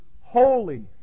holy